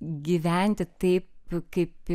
gyventi taip kaip